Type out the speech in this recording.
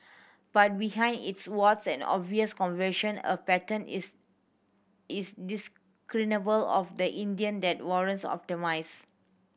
but behind its warts and obvious confusion a pattern is is discernible of the India that warrants optimism